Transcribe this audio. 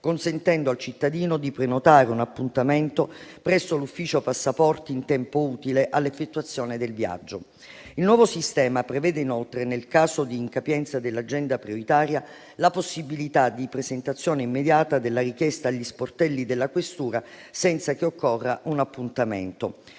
consentendo al cittadino di prenotare un appuntamento presso l'ufficio passaporti in tempo utile all'effettuazione del viaggio. Il nuovo sistema prevede inoltre, in caso d'incapienza dell'agenda prioritaria, la possibilità di presentazione immediata della richiesta agli sportelli della questura, senza che occorra un appuntamento.